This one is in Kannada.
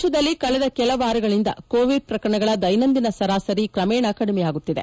ದೇತದಲ್ಲಿ ಕಳೆದ ಕೆಲ ವಾರಗಳಿಂದ ಕೋವಿಡ್ ಪ್ರಕರಣಗಳ ದ್ಯೆನಂದಿನ ಸರಾಸರಿ ಕ್ರಮೇಣ ಕಡಿಮೆಯಾಗುತ್ತಿದೆ